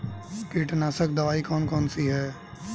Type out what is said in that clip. कीटनाशक दवाई कौन कौन सी हैं?